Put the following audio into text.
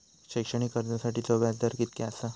शैक्षणिक कर्जासाठीचो व्याज दर कितक्या आसा?